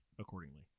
accordingly